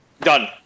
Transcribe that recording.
Done